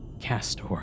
Castor